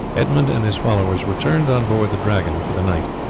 edmund and his followers returned on board the dragon for the night.